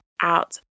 out